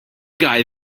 guy